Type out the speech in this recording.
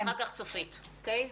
ואחר כך צופית, אוקיי?